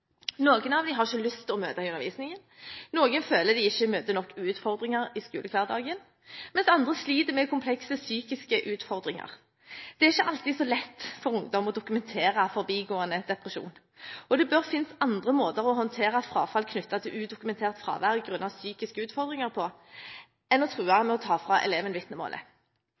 Noen av dem har ikke lyst til å møte til undervisningen, noen føler de ikke møter nok utfordringer i skolehverdagen, mens andre sliter med komplekse psykiske utfordringer. Det er ikke alltid så lett for ungdom å dokumentere forbigående depresjon, og det bør finnes andre måter å håndtere frafall knyttet til udokumentert fravær grunnet psykiske utfordringer på, enn å true med å ta fra eleven